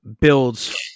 builds